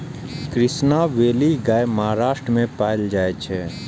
Krishna valley गाय महाराष्ट्र मे पाएल जाइ छै